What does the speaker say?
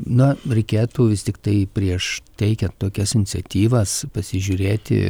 na reikėtų vis tiktai prieš teikiant tokias iniciatyvas pasižiūrėti